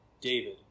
David